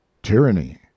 tyranny